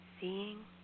Seeing